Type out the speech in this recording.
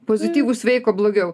pozityvūs sveiko blogiau